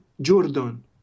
Jordan